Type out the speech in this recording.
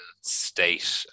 state